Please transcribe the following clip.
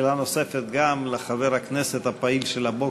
שאלה נוספת גם לחבר הכנסת הפעיל של הבוקר,